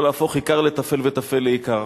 לא להפוך עיקר לטפל וטפל לעיקר,